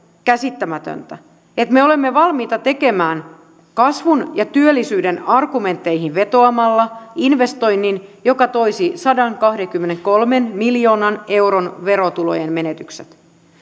käsittämätöntä että me olemme valmiita tekemään kasvun ja työllisyyden argumentteihin vetoamalla investoinnin joka toisi sadankahdenkymmenenkolmen miljoonan euron verotulojen menetyksen